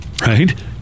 Right